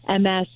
MS